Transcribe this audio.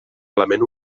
element